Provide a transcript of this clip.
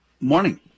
Morning